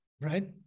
right